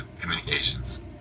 communications